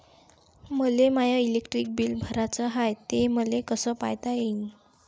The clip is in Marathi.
मले माय इलेक्ट्रिक बिल भराचं हाय, ते मले कस पायता येईन?